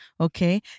Okay